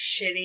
shitty